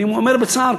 אני אומר בצער,